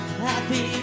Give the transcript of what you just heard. happy